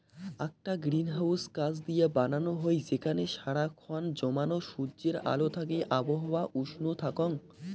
আকটা গ্রিনহাউস কাচ দিয়া বানানো হই যেখানে সারা খন জমানো সূর্যের আলো থাকি আবহাওয়া উষ্ণ থাকঙ